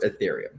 Ethereum